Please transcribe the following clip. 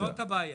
זוהי הבעיה.